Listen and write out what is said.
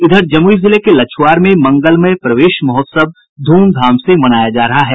इधर जमुई जिले के लछुआर में मंगलमय प्रवेश महोत्सव धूमधाम से मनाया जा रहा है